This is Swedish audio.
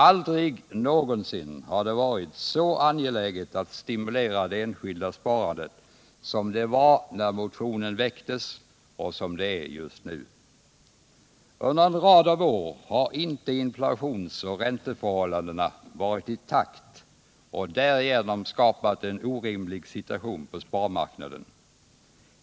Aldrig någonsin har det varit så angeläget att stimulera det enskilda sparandet som det var när motionen väcktes och som det är just nu. Under en rad av år har inte inflationsoch ränteförhållandena varit i takt, och därigenom har de skapat en orimlig situation på sparmarknaden.